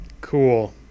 Cool